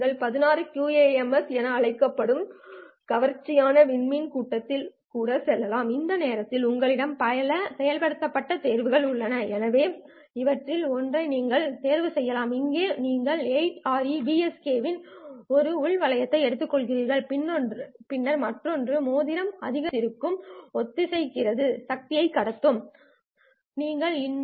நீங்கள் 16 QAM என அழைக்கப்படும் கவர்ச்சியான விண்மீன் கூட்டத்திற்கு கூட செல்லலாம் இந்த நேரத்தில் உங்களிடம் பல செயல்படுத்தல் தேர்வுகள் உள்ளன எனவே இவற்றில் ஒன்றை நீங்கள் தேர்வு செய்யலாம் இங்கே நீங்கள் 8 ஆரி PSK இன் 1 உள் வளையத்தை எடுத்துக்கொள்கிறீர்கள் பின்னர் மற்றொரு மோதிரம் அதிகரித்ததற்கு ஒத்திருக்கிறது சக்தியை கடத்துங்கள் நீங்கள் இன்னும் 1 ஆரி PSK